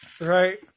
Right